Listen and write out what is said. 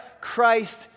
Christ